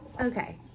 Okay